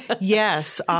Yes